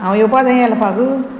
हांव येवपा जायें हेल्पाकू